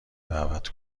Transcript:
دعوت